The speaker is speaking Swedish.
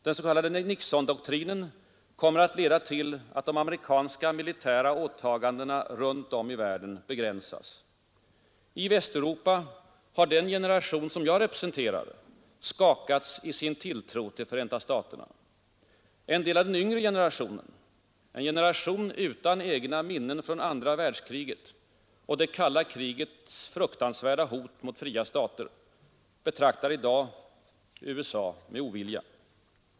Den s.k. Nixondoktrinen kommer att leda till att amerikanska militära åtaganden runt om i världen begränsas. I Västeuropa har den generation som jag representerar skakats i sin tilltro till Förenta staterna. En del av den yngre generationen — en generation utan egna minnen från andra världskriget och det kalla krigets fruktansvärda hot mot fria stater — betraktar i dag USA med ovilja.